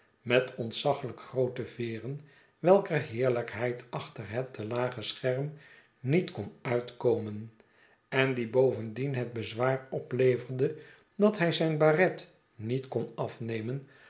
met ontzaglijk groote veeren welker heerlijkheid achter het te lage scherm niet kon uitkomen en die bovendien het bezwaar opleverde dat hij zijn baret niet kon afnemen